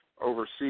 overseas